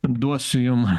duosiu jum